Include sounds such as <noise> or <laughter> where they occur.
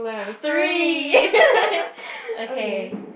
three <laughs> okay